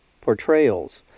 portrayals